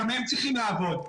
גם הם צריכים לעבוד,